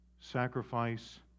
sacrifice